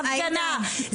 ההפגנה.